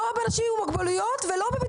לא על אנשים עם מוגבלויות ולא בביטוח לאומי.